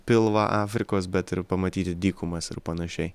pilvą afrikos bet ir pamatyti dykumas ir panašiai